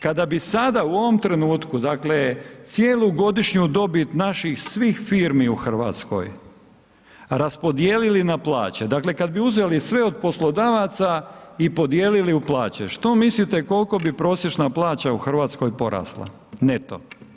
Kada bi sada u ovom trenutku, dakle cijelu godišnju dobit naših svih firmi u Hrvatskoj raspodijelili na plaće, dakle kad bi uzeli sve od poslodavaca i podijelili u plaće, što mislite koliko bi prosječna plaća u Hrvatskoj porasla neto?